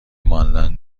ماندن